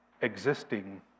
existing